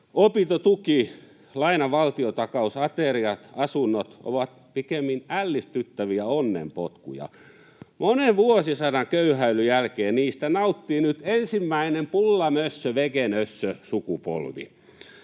Opintotuki, lainan valtiontakaus, ateriat ja asunnot ovat pikemminkin ällistyttäviä onnenpotkuja. Monen vuosisadan köyhäilyn jälkeen niistä nauttii nyt ensimmäinen pullamössö, vegenössö sukupolvi.